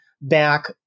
back